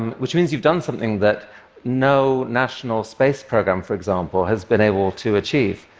and which means you've done something that no national space program, for example, has been able to achieve.